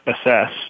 assess